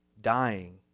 dying